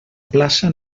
plaça